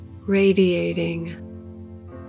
radiating